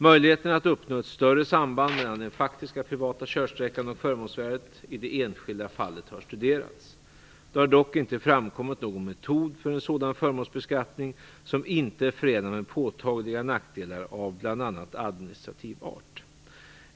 Möjligheterna att uppnå ett större samband mellan den faktiska privata körsträckan och förmånsvärdet i det enskilda fallet har studerats. Det har dock inte framkommit någon metod för en sådan förmånsbeskattning som inte är förenad med påtagliga nackdelar av bl.a. administrativ art.